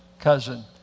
cousin